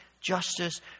justice